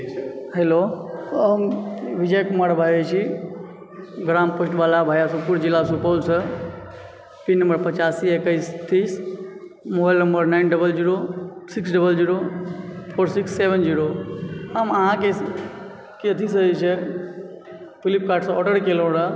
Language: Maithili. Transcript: हैलो हम विजय कुमार बाजय छी ग्राम पोस्ट बाल्हा वाया सुखपुर जिला सुपौलसँ पिन नम्बर पचासी एक्कैस तीस mobile number nine double zero six double zero four six seven zero हम अहाँके अथीसँ जे छै फ्लिपकार्टसँ ऑर्डर केलहुँ रहय